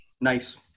Nice